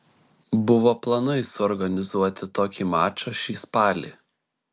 buvo planai suorganizuoti tokį mačą šį spalį